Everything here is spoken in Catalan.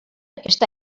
està